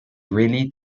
really